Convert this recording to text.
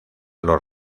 los